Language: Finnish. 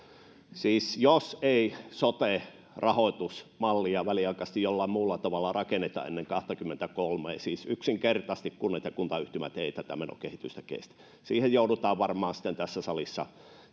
siis jos ei sote rahoitusmallia väliaikaisesti jollain muulla tavalla rakenneta ennen vuotta kaksikymmentäkolme niin yksinkertaisesti kunnat ja kuntayhtymät eivät tätä menokehitystä kestä tähän kuntatalouden isoon kuvaan joudutaan varmaan sitten tässä salissa